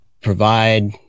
provide